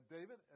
David